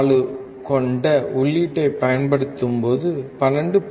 04 கொண்ட உள்ளீட்டைப் பயன்படுத்தும்போது 12